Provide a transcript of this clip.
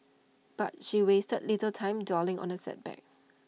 but she wasted little time dwelling on the setback